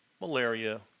malaria